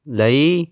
ਲਈ